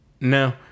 No